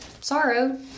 sorrow